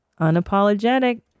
unapologetic